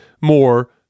more